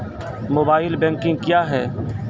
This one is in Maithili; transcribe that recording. मोबाइल बैंकिंग क्या हैं?